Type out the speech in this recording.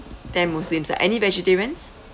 ten muslims ah any vegetarians